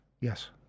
yes